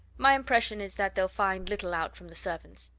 my impression is that they'll find little out from the servants.